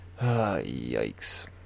Yikes